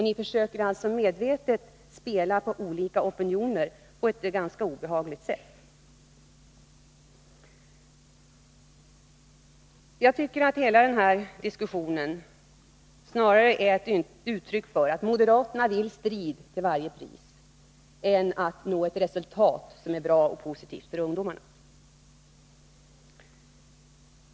Ni försöker alltså medvetet spela på olika opinioner på ett ganska obehagligt sätt. Jag tycker att hela den här diskussionen är ett uttryck för att moderaterna snarare vill ha strid till varje pris än nå ett resultat som är bra och positivt för ungdomarna.